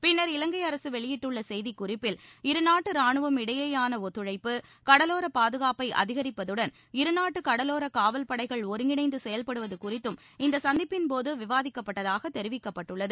பின்னர் இலங்கை அரசு வெளியிட்ட செய்திக்குறிப்பில் இருநாட்டு ராணுவம் இடையேயான ஒத்துழைப்பு கடலோர பாதுகாப்பை அதிகரிப்பதுடன் இருநாட்டு கடலோரக் காவல் படைகள் ஒருங்கிணைந்து செயல்படுவது குறித்தும் இந்த சந்திப்பின்போது விவாதிக்கப்பட்டதாகத் தெரிவிக்கப்பட்டுள்ளது